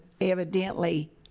evidently